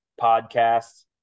podcasts